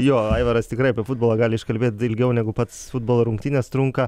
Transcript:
jo aivaras tikrai apie futbolą gali iškalbėt ilgiau negu pats futbolo rungtynės trunka